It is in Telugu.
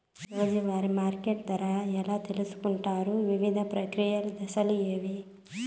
రోజూ వారి మార్కెట్ ధర ఎలా తెలుసుకొంటారు వివిధ ప్రక్రియలు దశలు ఏవి?